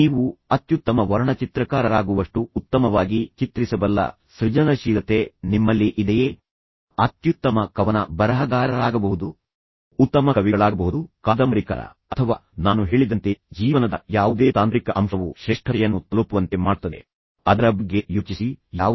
ನೀವು ನಿಮ್ಮ ಮನಸ್ಸಿನಲ್ಲಿ ಒಂದು ಆಸಕ್ತಿದಾಯಕ ಮತ್ತು ಪ್ರಮುಖವಾದ ಬರ್ಟ್ರಾಂಡ್ ರಸ್ಸೆಲ್ ಚರ್ಚಿಸಿದ ಕಲ್ಪನೆ ನೆನಪಿಟ್ಟುಕೊಳ್ಳಬೇಕು ಇದು ಸಂಘರ್ಷ ಪರಿಹಾರದ ಬಗೆಗಿನ ಪ್ರಬಂಧವಲ್ಲದಿದ್ದರೂ ಅವರು ನಮ್ಮೊಂದಿಗೆ ಹಂಚಿಕೊಳ್ಳುವ ಒಂದು ಕುತೂಹಲಕಾರಿ ದಂತಕಥೆ ಇದೆ ಅದು ನಿಜವಾಗಿಯೂ ನಮಗೆ ನೀವು ಯಾವುದೇ ಸಂಘರ್ಷಗಳನ್ನು ಹೇಗೆ ಗುರುತಿಸಬಹುದು ಮತ್ತು ನಂತರ ಅದನ್ನು ಸುಲಭವಾಗಿ ಪರಿಹರಿಸಬಹುದು ಎಂದು ಹೇಳುತ್ತದೆ